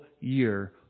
year